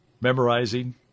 memorizing